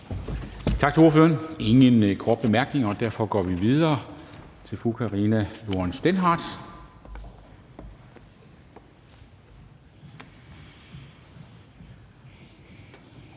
Tak til ordføreren. Der er ingen korte bemærkninger, og derfor går vi videre til fru Karina Lorentzen Dehnhardt,